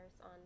on